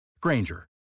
Granger